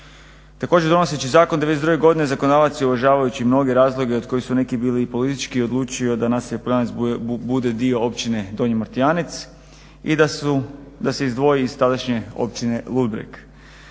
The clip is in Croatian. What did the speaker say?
Također donoseći zakon 92. godine zakonodavac je uvažavajući mnoge razloge od kojih su neki bili i politički odlučio da naselje Poljance bude dio Općine Donji Martijanec i da su, da se izdvoji iz tadašnje općine Ludbreg.